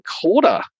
quarter